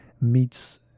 meets